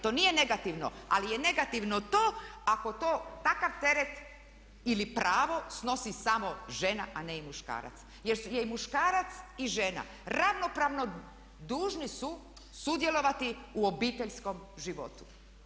To nije negativno ali je negativno to ako to takav teret ili pravo snosi samo žena a ne i muškarac jer je i muškarac i žena ravnopravno dužni su sudjelovati u obiteljskom životu.